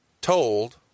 told